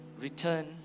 return